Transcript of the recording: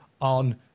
on